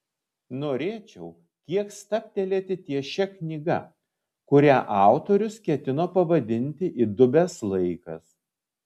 norėčiau kiek stabtelėti ties šia knyga kurią autorius ketino pavadinti įdubęs laikas